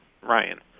Ryan